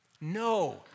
No